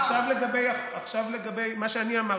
עכשיו לגבי מה שאני אמרתי.